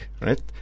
right